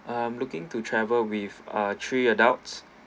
I'm looking to travel with ah three adults